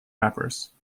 rappers